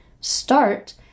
start